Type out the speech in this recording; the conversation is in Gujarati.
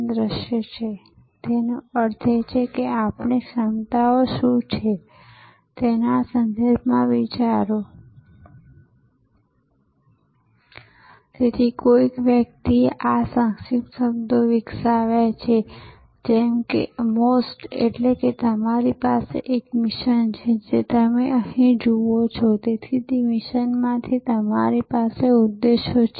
અને એકંદરે મને લાગે છે કે ઉપભોક્તાને ઓછી પરેશાની છે કતાર નથી ક્લાર્કમાં ચેક સાથે વ્યવહારમાં કોઈ સમસ્યા નથી અને તેથી વધુ અને એરપોર્ટને સંભવતઃ યાત્રીઓ દ્વારા દુકાનો અને ભોજનાલયમાં લાંબા સમય સુધી વિતાવેલા સમય દ્વારા વધુ આવક થઈ શકે છે